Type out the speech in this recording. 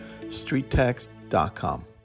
StreetText.com